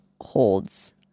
holds